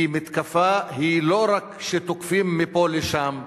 כי מתקפה היא לא רק שתוקפים מפה לשם,